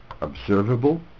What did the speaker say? observable